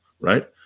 right